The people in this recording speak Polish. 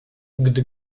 gdy